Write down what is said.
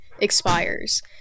expires